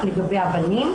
לגבי הבנים,